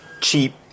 cheap